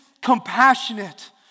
compassionate